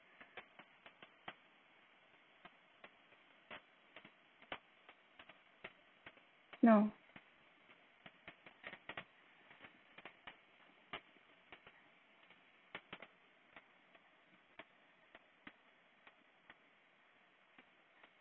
no